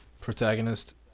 protagonist